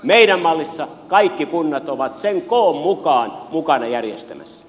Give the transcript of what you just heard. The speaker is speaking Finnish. meidän mallissamme kaikki kunnat ovat koon mukaan mukana järjestämässä